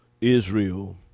Israel